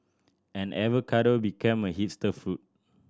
and avocado became a hipster food